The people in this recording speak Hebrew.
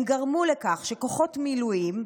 הם גרמו לכך שכוחות מילואים,